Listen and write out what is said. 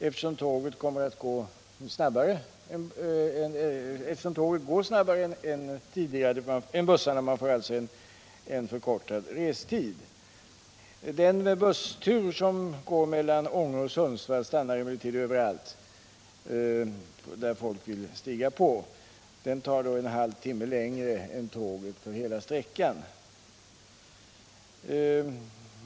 eftersom tåget går snabbare än bussarna: man får alltså förkortad restid. Den busstur som går mellan Ånge och Sundsvall stannar emellertid överallt där folk vill stiga på. Den tar en halv timme längre tid än tåget på hela sträckan.